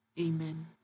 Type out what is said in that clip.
amen